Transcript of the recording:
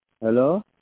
Hello